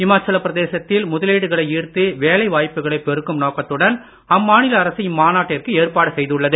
இமாச்சல பிரதேசத்தில் முதலீடுகளை ஈர்த்து வேலை வாய்ப்புகளை பெருக்கும் நோக்கத்துடன் அம்மாநில அரசு இம்மாநாட்டிற்கு ஏற்பாடு செய்துள்ளது